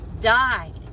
died